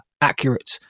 accurate